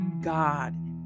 god